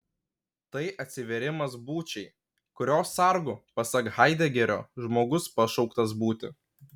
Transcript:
tai atsivėrimas būčiai kurios sargu pasak haidegerio žmogus pašauktas būti